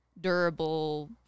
durable